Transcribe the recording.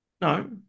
No